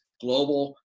global